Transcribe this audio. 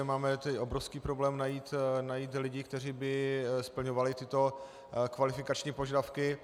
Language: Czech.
Máme tedy obrovský problém najít lidi, kteří by splňovali tyto kvalifikační požadavky.